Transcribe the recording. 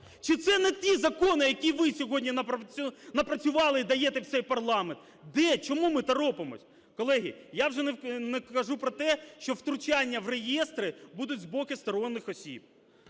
Чи це не ті закони, які ви сьогодні напрацювали і даєте в цей парламент? Де, чому ми торопимося? Колеги, я вже не кажу про те, що втручання в реєстри будуть з боку сторонніх осіб.